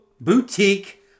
Boutique